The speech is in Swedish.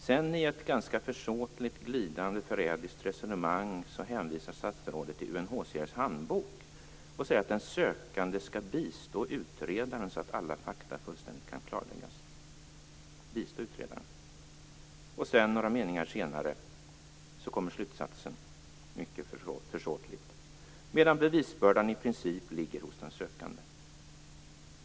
Sedan, i ett ganska försåtligt glidande, förrädiskt resonemang, hänvisar statsrådet till UNHCR:s handbok och säger att "den sökande skall bistå utredaren så att alla fakta fullständigt kan klarläggas". Några meningar senare kommer slutsatsen mycket försåtligt: "Medan bevisbördan i princip ligger hos den sökande".